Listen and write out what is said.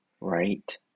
right